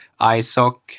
ISOC